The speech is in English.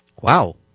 Wow